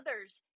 others